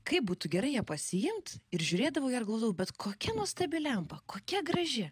kaip būtų gerai ją pasiimt ir žiūrėdavau į ją ir galvodavau bet kokia nuostabi lempa kokia graži